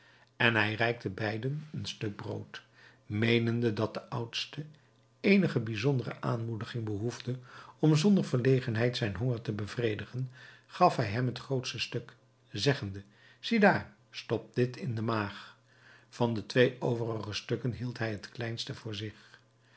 en hij reikte beiden een stuk brood meenende dat de oudste eenige bijzondere aanmoediging behoefde om zonder verlegenheid zijn honger te bevredigen gaf hij hem het grootste stuk zeggende ziedaar stop dit in de maag van de twee overige stukken hield hij het kleinste voor zich